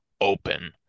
open